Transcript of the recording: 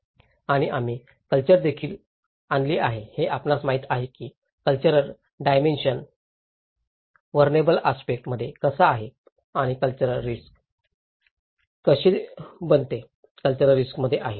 आणि आम्ही कल्चर देखील आणली आहे हे आपणास माहित आहे की कल्चरल डायमेन्शन वनरेबल आस्पेक्ट मध्ये कसा आहे आणि कल्चर कशी रिस्क दायक बनते कल्चर रिस्कमध्ये आहे